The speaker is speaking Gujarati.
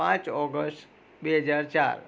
પાંચ ઓગષ્ટ બે હજાર ચાર